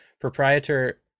proprietor